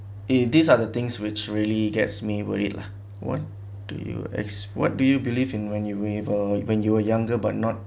a these are the things which really gets me worried lah what do you ex~ what do you believe in when you were or when you were younger but not